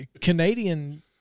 Canadian